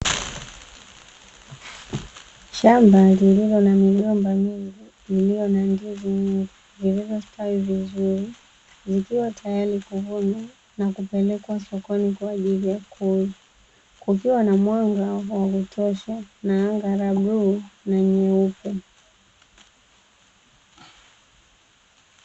Shamba lililo na migomba mingi iliyo na ndizi nyingi zilizostawi vizuri, zikiwa tayari kuvunwa na kupelekwa sokoni kwa ajili ya kuuzwa, kukiwa na mwanga wa kutosha na anga la bluu na nyeupe.